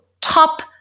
top